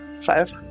Five